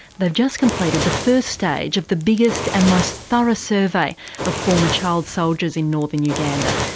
they've just completed the first stage of the biggest and most thorough survey of former child soldiers in northern uganda.